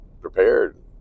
prepared